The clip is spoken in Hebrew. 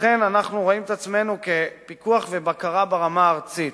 לכן אנחנו רואים את עצמנו כפיקוח ובקרה ברמה הארצית,